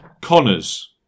Connors